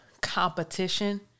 competition